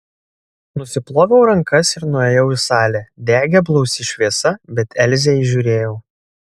nusiploviau rankas ir nuėjau į salę degė blausi šviesa bet elzę įžiūrėjau